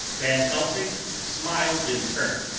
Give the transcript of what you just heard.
van helsing smiled in turn.